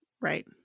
Right